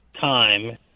time